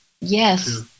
Yes